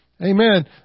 Amen